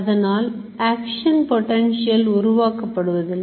அதனால் action potential உருவாக்கப்படுவதில்லை